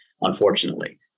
unfortunately